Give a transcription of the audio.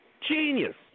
Genius